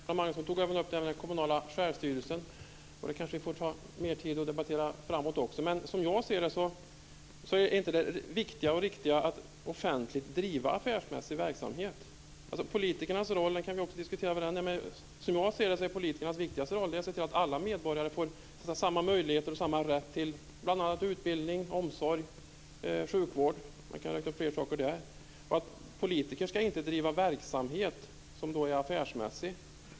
Fru talman! Göran Magnusson tog även upp frågan om den kommunala självstyrelsen. Den frågan får vi ta mer tid att debattera framöver. Det viktiga och riktiga är inte att offentligt driva affärsmässig verksamhet. Politikernas roll - den kan vi också diskutera - är att se till att alla medborgarna får samma möjligheter och rätt till bl.a. utbildning, omsorg och sjukvård. Politiker ska inte driva affärsmässig verksamhet.